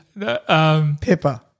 Pepper